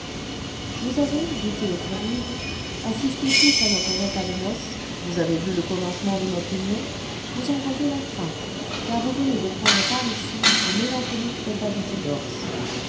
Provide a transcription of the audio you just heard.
vous avez dit-il aux convives assisté tous à notre repas de noces vous avez vu le commencement de notre union vous en voyez la fin car vous venez de prendre part ici au mélancolique repas du divorce